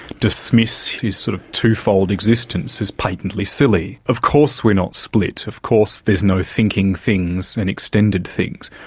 dismiss his sort of, twofold existence as patently silly. of course we're not split, of course there's no thinking things and extended things.